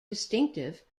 distinctive